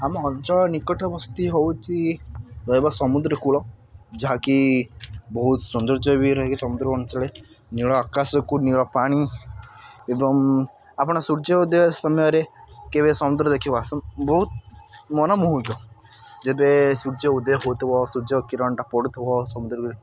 ଆମ ଅଞ୍ଚଳ ନିକଟବର୍ତ୍ତୀ ହେଉଛି ଏକ ସମୁଦ୍ରକୂଳ ଯାହାକି ବହୁତ ସୌନ୍ଦର୍ଯ୍ୟ ବି ରହେ ସମୁଦ୍ର ଅଞ୍ଚଳେ ନୀଳ ଆକାଶକୁ ନୀଳ ପାଣି ଏବଂ ଆପଣ ସୂର୍ଯ୍ୟ ଉଦୟ ସମୟରେ କେବେ ସମୁଦ୍ର ଦେଖିବାକୁ ଆସନ୍ତୁ ବହୁତ ମନ ମୋହିକ ଯେବେ ସୂର୍ଯ୍ୟ ଉଦୟ ହେଉଥିବ ସୂର୍ଯ୍ୟ କିରଣଟା ପଡ଼ୁଥିବ ସମୁଦ୍ରରେ